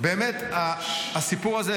הסיפור הזה,